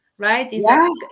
Right